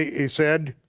he said,